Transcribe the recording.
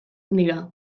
dira